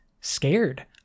scared